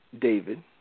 David